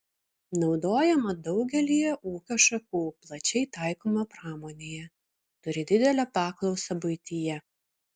naudojama daugelyje ūkio šakų plačiai taikoma pramonėje turi didelę paklausą buityje